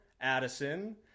Addison